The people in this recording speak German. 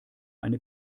eine